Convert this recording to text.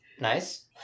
Nice